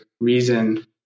reason